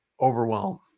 overwhelm